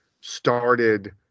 started